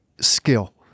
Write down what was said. skill